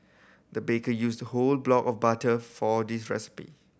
the baker used whole block of butter for this recipe